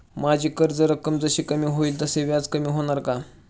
माझी कर्ज रक्कम जशी कमी होईल तसे व्याज कमी होणार का?